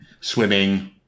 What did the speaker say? swimming